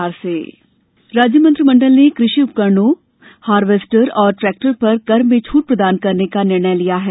cabinet किसान राज्य मंत्रिमंडल ने कृषि उपकरणों हार्वेस्टर और ट्रेक्टर पर कर में छूट प्रदान करने का निर्णय लिया है